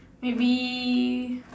maybe